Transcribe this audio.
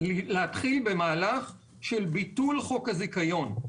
להתחיל במהלך של ביטול חוק הזיכיון.